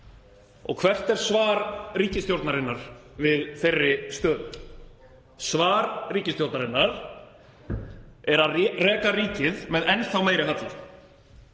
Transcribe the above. Og hvert er svar ríkisstjórnarinnar við þeirri stöðu? Svar ríkisstjórnarinnar er að reka ríkið með enn þá meiri halla.